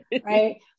right